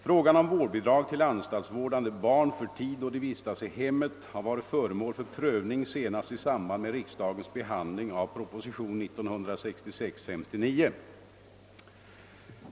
Frågan om vårdbidrag till anstalts "vårdade barn för tid då de vistas i hemmet har varit föremål för prövning senast i samband med riksdagens behandling av proposition 1966: 59.